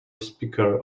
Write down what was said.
speaker